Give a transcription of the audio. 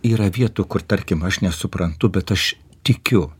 yra vietų kur tarkim aš nesuprantu bet aš tikiu